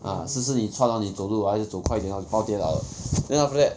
ah 湿湿你穿 hor 你走路还是走快点 hor 保跌倒的 then after that